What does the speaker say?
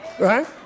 Right